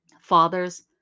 Fathers